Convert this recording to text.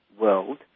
world